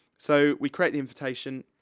so, we create the invitation,